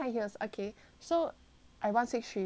I one six three then 我 wear high heel right